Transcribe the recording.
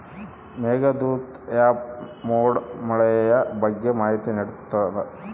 Meghdoot app ಮೋಡ ಮಳೆಯ ಬಗ್ಗೆ ಮಾಹಿತಿ ನಿಡ್ತಾತ